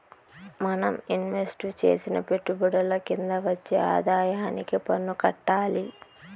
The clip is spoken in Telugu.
మనం ఇన్వెస్టు చేసిన పెట్టుబడుల కింద వచ్చే ఆదాయానికి పన్నులు కట్టాలి